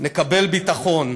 נקבל ביטחון.